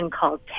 called